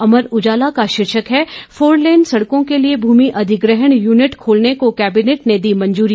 अमर उजाला का शीर्षक है फोरलेन सड़कों के लिए भूमि अधिग्रहण यूनिट खोलने को केबिनेट ने दी मंजूरी